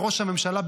וראש הממשלה,